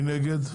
מי נגד?